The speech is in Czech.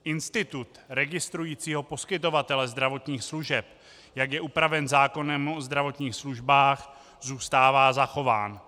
Institut registrujícího poskytovatele zdravotních služeb, jak je upraven zákonem o zdravotních službách, zůstává zachován.